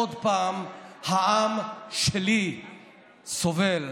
עוד פעם העם שלי סובל.